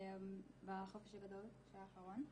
בחופש הגדול האחרון.